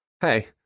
hey